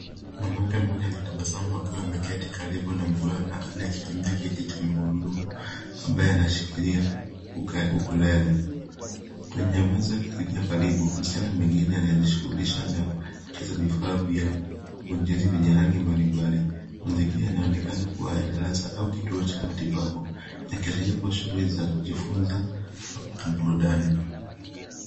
Mwanamke mmoja anatabasamu akiwa ameketi karibu na mvulana anayekitumia kiti cha magurudumu, ambaye anashikilia ukulele . Kwenye meza iliyo karibu, msichana mwingine anajishughulisha na kucheza na vifaa vya ujenzi vyenye rangi mbali mbali. Mazingira yanaonekana kuwa ya darasa au kituo cha matibabu, yakiashiria kuwa shughuli za kujifunza au burudani.